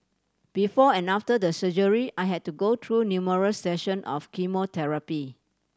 before and after the surgery I had to go through numerous session of chemotherapy